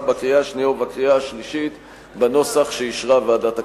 בקריאה השנייה ובקריאה השלישית בנוסח שאישרה ועדת הכנסת.